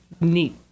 neat